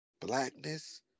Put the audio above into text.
Blackness